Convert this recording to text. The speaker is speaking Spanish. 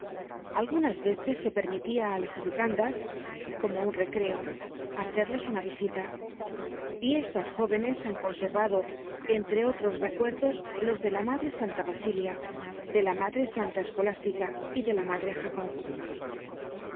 algunas veces se permitia á las educandas como un recreo hacerles una visita y estas jóvenes han conservadoj entre otros recuerdos los de la madre santa basilia de la madre santa escolástica y de la madre